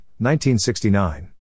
1969